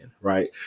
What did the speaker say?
right